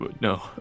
No